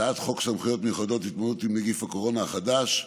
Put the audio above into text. הצעת חוק סמכויות מיוחדות להתמודדות עם נגיף הקורונה החדש,